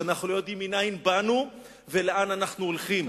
שאנחנו לא יודעים מנין באנו ולאן אנחנו הולכים.